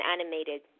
animated